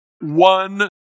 one